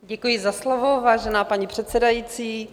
Děkuji za slovo, vážená paní předsedající.